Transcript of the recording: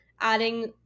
adding